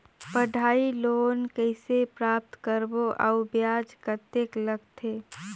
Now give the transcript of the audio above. पढ़ाई लोन कइसे प्राप्त करबो अउ ब्याज कतेक लगथे?